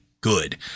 good